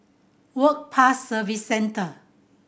Work Pass Service Centre